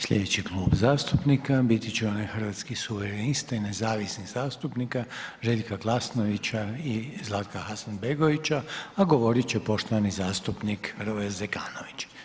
Slijedeći klub zastupnika biti će onaj Hrvatskih suverenista i nezavisnih zastupnika Željka Glasnovića i Zlatka Hasanbegovića, a govorit će poštovani zastupnik Hrvoje Zekanović.